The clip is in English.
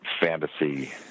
fantasy